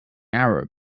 arab